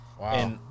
Wow